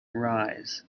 rise